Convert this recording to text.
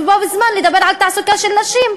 ובו בזמן לדבר על תעסוקה של נשים.